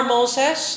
Moses